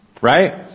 Right